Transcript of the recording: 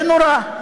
זה נורא.